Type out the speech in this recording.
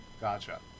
Gotcha